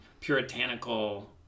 puritanical